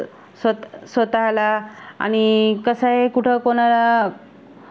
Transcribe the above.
स्वत् स्वतःला आणि कसंय कुठं कोणा